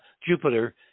Jupiter